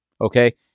Okay